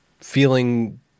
feeling